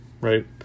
right